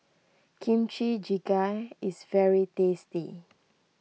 Kimchi Jjigae is very tasty